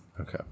Okay